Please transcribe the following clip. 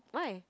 why